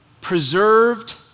preserved